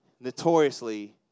notoriously